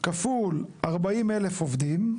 כפול 40,000 עובדים,